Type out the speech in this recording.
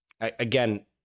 Again